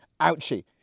Ouchie